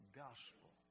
gospel